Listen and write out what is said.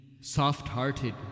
soft-hearted